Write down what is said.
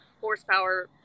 horsepower